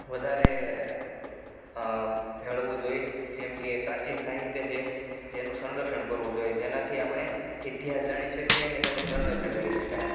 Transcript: વધારે ભેળવવું જોઈએ જેમકે પ્રાચીન સાહિત્ય છે જેનું સંરક્ષણ કરવું જોઈએ જેનાથી આપણે ઇતિહાસ જાણી શકીએ અને તેનું સંરક્ષણ કરી શકાય